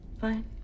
Fine